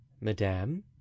madame